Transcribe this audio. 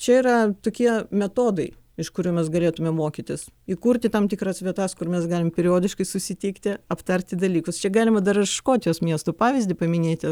čia yra tokie metodai iš kurių mes galėtumėm mokytis įkurti tam tikras vietas kur mes galim periodiškai susitikti aptarti dalykus čia galima dar škotijos miestų pavyzdį paminėti